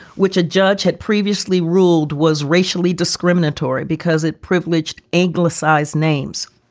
which a judge had previously ruled was racially discriminatory because it privileged anglicized names,